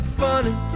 funny